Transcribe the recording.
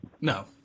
no